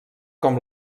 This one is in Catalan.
com